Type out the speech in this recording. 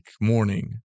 morning